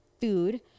food